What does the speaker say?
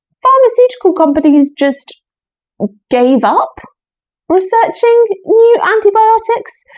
pharmaceutical companies just gave up researching antibiotics.